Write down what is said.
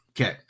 Okay